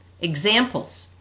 Examples